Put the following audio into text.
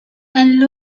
and